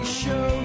show